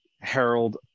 Harold